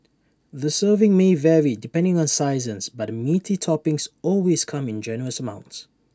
the serving may vary depending on sizes but the meaty toppings always come in generous amounts